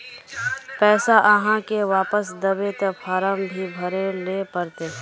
पैसा आहाँ के वापस दबे ते फारम भी भरें ले पड़ते?